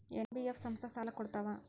NBF ಸಂಸ್ಥಾ ಸಾಲಾ ಕೊಡ್ತಾವಾ?